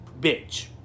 bitch